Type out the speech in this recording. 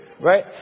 right